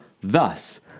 thus